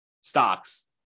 stocks